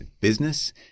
business